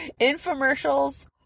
Infomercials